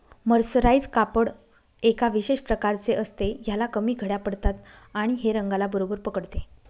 mercerise कापड एका विशेष प्रकारचे असते, ह्याला कमी घड्या पडतात आणि हे रंगाला बरोबर पकडते